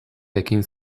ekin